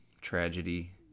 tragedy